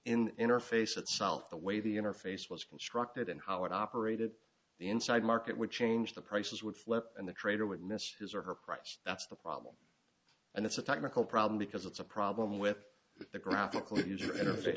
in interface itself the way the interface was constructed and how it operated the inside market would change the prices would flip and the trader would miss his or her price that's the problem and it's a technical problem because it's a problem with the